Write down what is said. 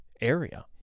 area